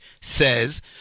says